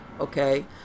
okay